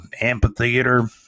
amphitheater